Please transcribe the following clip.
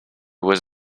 was